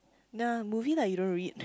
nah movie like you don't read